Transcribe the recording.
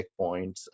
checkpoints